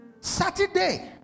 Saturday